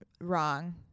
wrong